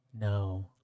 no